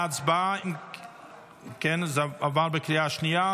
זה עבר בקריאה השנייה.